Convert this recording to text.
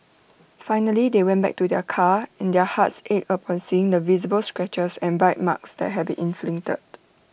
finally they went back to their car and their hearts ached upon seeing the visible scratches and bite marks that had been inflicted